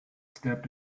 stepped